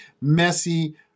messy